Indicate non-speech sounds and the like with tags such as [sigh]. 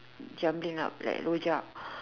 jumbling up like rojak [breath]